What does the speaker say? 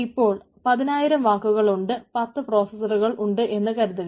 ഇപ്പോൾ 10000 വാക്കുകൾ ഉണ്ട് 10 പ്രോസസറുകൾ ഉണ്ട് എന്ന് കരുതുക